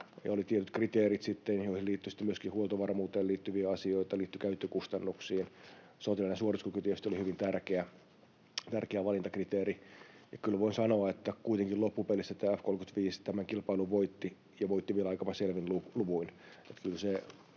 Oli tietyt kriteerit sitten, joihin liittyi myöskin huoltovarmuuteen liittyviä asioita, liittyi käyttökustannuksia, ja sotilaallinen suorituskyky tietysti oli hyvin tärkeä valintakriteeri. Kyllä voin sanoa, että kuitenkin loppupelissä tämä F-35 tämän kilpailun voitti ja voitti vieläpä aika selvin luvuin.